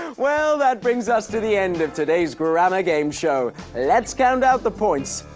well, that brings us to the end of today's grammar gameshow. let's count out the points.